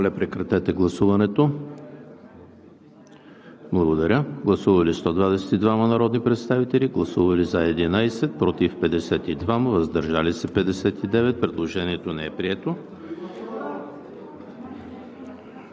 Предложението не е прието.